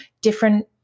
different